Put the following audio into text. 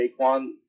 Saquon